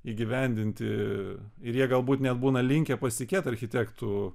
įgyvendinti ir jie galbūt net būna linkę pasitikėt architektu